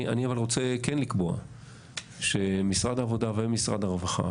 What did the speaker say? אני רוצה כן לקבוע שמשרד העבודה ומשרד הבריאות